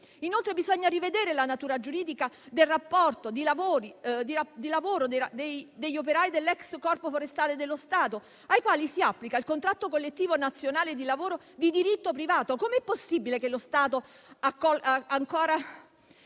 Inoltre, bisogna rivedere la natura giuridica del rapporto di lavoro degli operai dell'ex Corpo forestale dello Stato, ai quali si applica il contratto collettivo nazionale di lavoro di diritto privato. Com'è possibile che lo Stato ancora